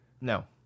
No